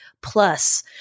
plus